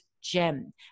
gem